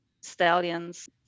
stallions